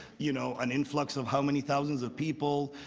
you know an influx of how many thousands of people,